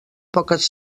poques